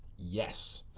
yes.